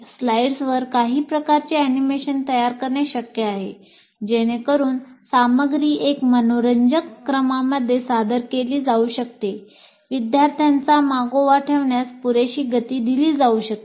स्लाइड्समध्ये काही प्रकारचे अॅनिमेशन तयार करणे शक्य आहे जेणेकरुन सामग्री एका मनोरंजक क्रमामध्ये सादर केली जाऊ शकते आणि विद्यार्थ्यांचा मागोवा ठेवण्यास पुरेशी गती दिली जाऊ शकते